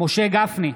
משה גפני,